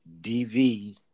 DV